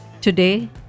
Today